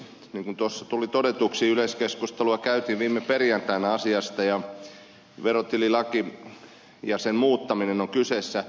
niin kuin tuossa tuli todetuksi yleiskeskustelua käytiin viime perjantaina asiasta ja verotililaki ja sen muuttaminen on kyseessä